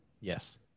Yes